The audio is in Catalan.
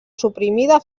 suprimida